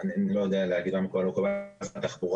אני לא יודע להגיד מה מקובל ומה לא מקובל על שרת התחבורה.